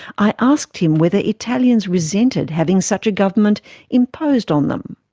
i asked him whether italians resented having such a government imposed on them.